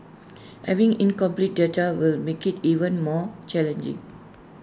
having incomplete data will make IT even more challenging